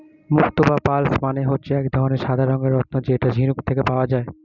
মুক্তো বা পার্লস মানে হচ্ছে এক ধরনের সাদা রঙের রত্ন যেটা ঝিনুক থেকে পাওয়া যায়